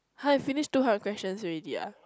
[huh] you finish two hundred questions already ah